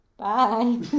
Bye